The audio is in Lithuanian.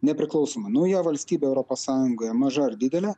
nepriklausomai nauja valstybė europos sąjungoje maža ar didelė